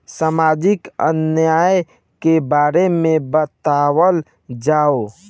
सामाजिक न्याय के बारे में बतावल जाव?